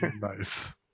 nice